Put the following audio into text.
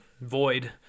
void